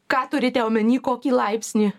ką turite omeny kokį laipsnį